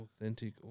Authentic